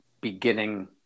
beginning